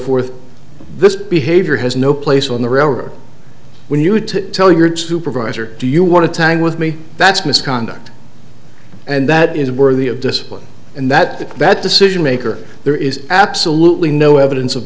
forth this behavior has no place on the railroad when you had to tell your supervisor do you want to time with me that's misconduct and that is worthy of discipline and that the best decision maker there is absolutely no evidence of